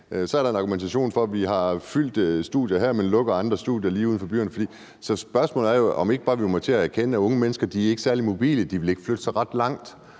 Så er der en argumentation for, at vi har fyldte studier her, men lukker andre studier lige uden for byerne. Spørgsmålet er jo, om ikke bare vi må til at erkende, at unge mennesker ikke er særlig mobile, og at de ikke vil flytte sig ret langt.